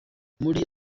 muri